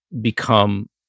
become